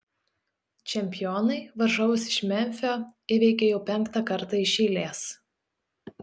čempionai varžovus iš memfio įveikė jau penktą kartą iš eilės